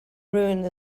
ruin